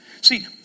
See